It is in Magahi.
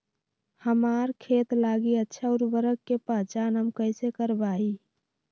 हमार खेत लागी अच्छा उर्वरक के पहचान हम कैसे करवाई?